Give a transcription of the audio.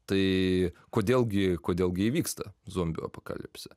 tai kodėl gi kodėl gi įvyksta zombių apokalipsė